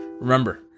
Remember